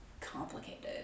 Complicated